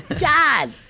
God